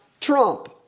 trump